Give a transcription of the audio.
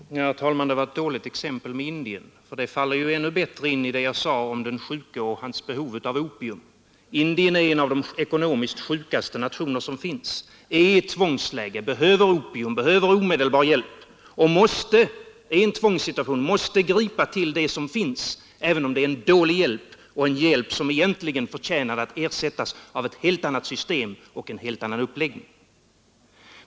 Herr talman! Exemplet med Indien var ett dåligt exempel — det stämmer ju ändå bättre med det jag sade om den sjuke och hans behov av opium. Indien är en av de ekonomiskt sjukaste nationer som finns, är i ett tvångsläge och behöver opium, behöver omedelbar hjälp. Indien befinner sig i en tvångssituation och måste gripa till vad som finns även om det ger dålig hjälp, en hjälp som förtjänar att ersättas av ett helt annat system med en helt annan uppläggning.